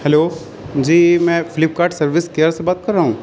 hello جی میں Flipkart service care سے بات کر رہا ہوں